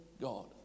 God